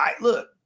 look